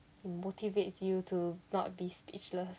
it motivates you to not be speechless